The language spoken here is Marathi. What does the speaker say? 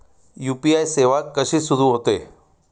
यू.पी.आय सेवा कशी सुरू होते?